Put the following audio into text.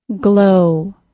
Glow